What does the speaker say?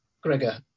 gregor